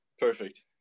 perfect